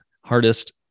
hardest